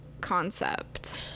concept